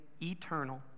eternal